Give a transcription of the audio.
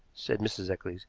said mrs. eccles.